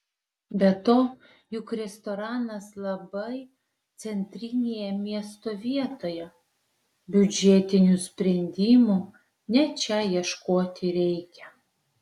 be to juk restoranas labai centrinėje miesto vietoje biudžetinių sprendimų ne čia ieškoti reikia